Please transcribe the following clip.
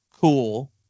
cool